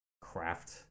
craft